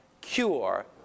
Cure